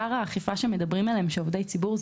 עיקר האכיפה שמדברים עליה של עובדי ציבור,